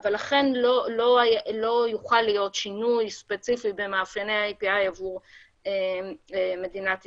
אבל לכן לא יוכל להיות שינוי ספציפי במאפייני ה-API עבור מדינת ישראל,